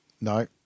No